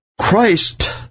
Christ